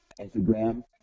Instagram